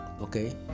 okay